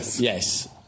yes